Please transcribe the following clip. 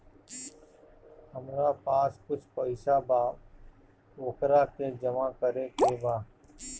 हमरा पास कुछ पईसा बा वोकरा के जमा करे के बा?